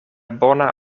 bona